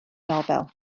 nofel